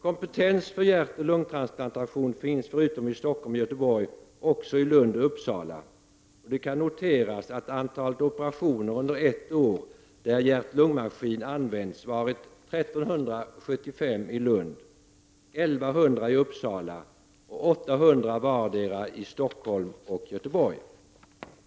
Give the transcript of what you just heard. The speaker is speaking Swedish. Kompetens för hjärtoch lungtransplantationer finns förutom i Stockholm och Göteborg också i Lund och Uppsala. Det kan noteras att antalet operationer under ett år där hjärtoch lungmaskin använts har varit 1375 i Lund, 1100 i Uppsala och 800 i vardera Stockholm och Göteborg.